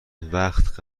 وقت